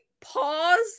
pause